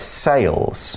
sales